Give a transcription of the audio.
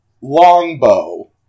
longbow